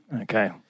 Okay